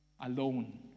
alone